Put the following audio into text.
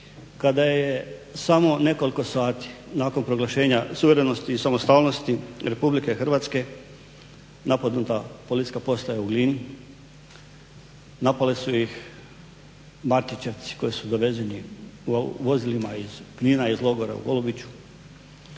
kada je samo nekoliko sati nakon proglašenja suverenosti i samostalnosti Republike Hrvatske napadnuta Policijska postaja u Glini. Napale su ih martićevci koji su dovezeni u vozilima iz Kinina, iz logora u Olubiću